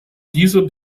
dieser